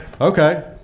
Okay